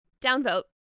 Downvote